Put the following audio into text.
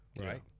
right